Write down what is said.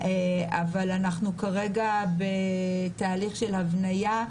אנחנו כרגע בתהליך של הבניה.